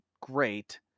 great